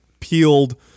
peeled